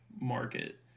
market